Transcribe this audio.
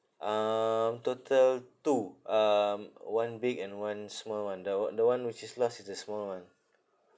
um total two um one big and one small one the o~ the one which is lost is the small one